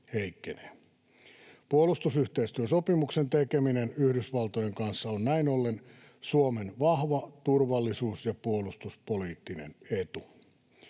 Puolustusyhteistyösopimuksen tekeminen Yhdysvaltojen kanssa on näin ollen Suomen vahva turvallisuus‑ ja puolustuspoliittinen etu.